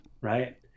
Right